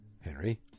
Henry